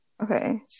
Okay